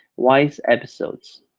y is episodes